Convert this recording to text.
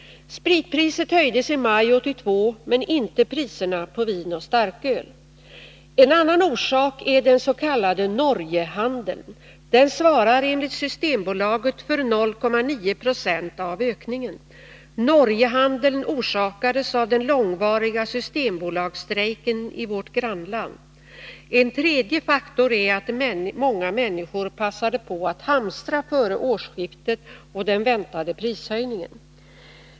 Spritpriset höjdes i maj 1982, men inte priserna på vin och starköl. En annan orsak är den s.k. Norgehandeln. Den svarar enligt Systembolaget för 0,9 20 av ökningen. Norgehandeln orsakades av den långvariga systembolagsstrejken i vårt grannland. En tredje faktor är att många människor passade på att hamstra före årsskiftet och den väntade prishöjningen.